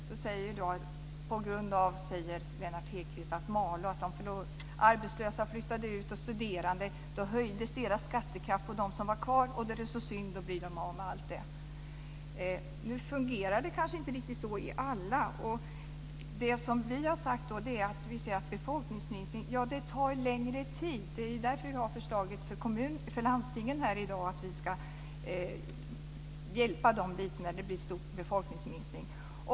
Lennart Hedquist säger att på grund av att arbetslösa och studerande har flyttat därifrån har skattekraften höjts. Det är synd att de blir av med allt detta. Nu fungerar det kanske inte riktigt så i alla kommuner. Det som vi har sagt när det gäller befolkningsminskning är att det tar längre tid, och därför har vi föreslagit här i dag att vi ska hjälpa landstingen lite när det blir en stor befolkningsminskning.